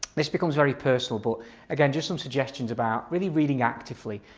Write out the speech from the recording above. this becomes very personal, but again just some suggestions about really reading actively.